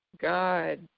God